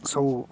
ସବୁ